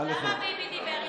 אז למה ביבי דיבר איתם?